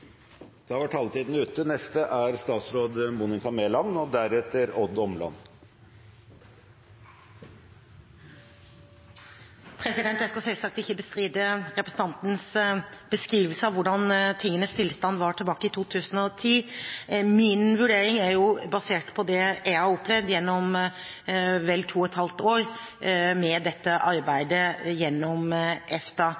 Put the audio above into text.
Da var taletiden ute. Jeg skal selvsagt ikke bestride representantens beskrivelse av hvordan tingenes tilstand var tilbake i 2010. Min vurdering er basert på det jeg har opplevd gjennom vel to og et halvt år med dette